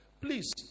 Please